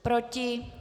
Proti?